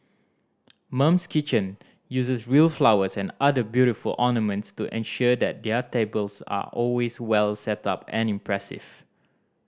Mum's Kitchen uses real flowers and other beautiful ornaments to ensure that their tables are always well setup and impressive